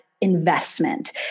investment